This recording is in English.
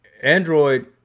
Android